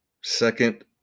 Second